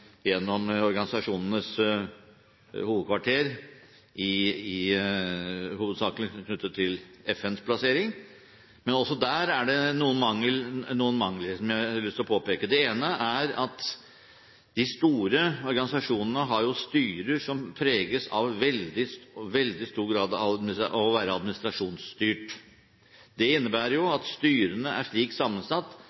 organisasjonenes hovedkvarter, hovedsakelig knyttet til FNs plassering, men også der er det noen mangler som jeg har lyst til å påpeke. Det ene er at de store organisasjonene har jo styrer som preges i veldig stor grad av å være administrasjonsstyrt. Det innebærer